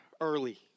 early